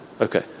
Okay